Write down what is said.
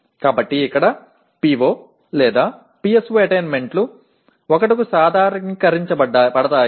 కాబట్టి ఇక్కడ PO PSO అటైన్మెంట్లు 1 కు సాధారణీకరించబడతాయి